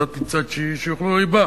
אז את הצעת שיאכלו ריבה.